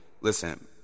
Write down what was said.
listen